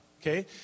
okay